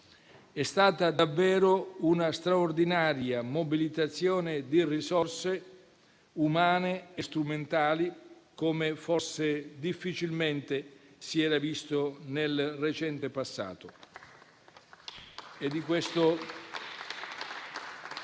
È stata davvero una straordinaria mobilitazione di risorse umane e strumentali come forse difficilmente si era visto nel recente passato.